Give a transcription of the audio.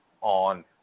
on